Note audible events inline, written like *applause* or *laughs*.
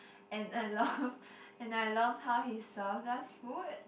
and I love *laughs* and I loved how he served us food